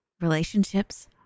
relationships